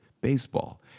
baseball